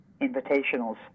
invitationals